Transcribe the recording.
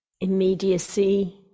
immediacy